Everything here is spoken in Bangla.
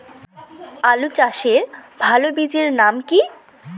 আলু চাষের ভালো বীজের নাম কি?